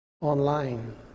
online